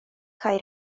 kaj